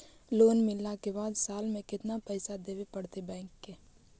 Loan मिलला के बाद साल में केतना पैसा देबे पड़तै बैक के?